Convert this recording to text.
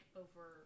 over